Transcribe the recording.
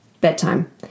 bedtime